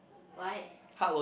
why